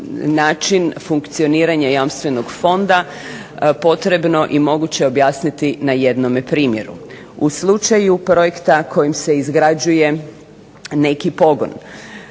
način funkcioniranja Jamstvenog fonda potrebno i moguće objasniti na jednome primjeru. U slučaju projekta kojim se izgrađuje neki pogon